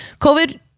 COVID